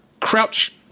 Crouch